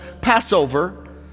Passover